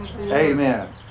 Amen